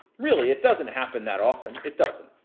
really, it doesn't happen that often. it doesn't,